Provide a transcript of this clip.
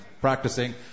practicing